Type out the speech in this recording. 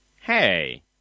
Hey